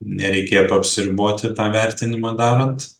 nereikėtų apsiriboti tą vertinimą darant